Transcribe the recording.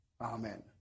Amen